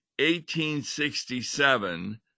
1867